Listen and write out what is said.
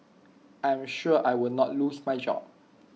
I am sure I will not lose my job